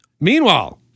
Meanwhile